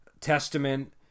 testament